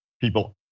people